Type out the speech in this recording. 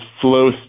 flow